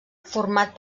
format